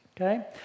okay